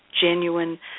genuine